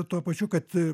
tuo pačiu kad